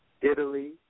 Italy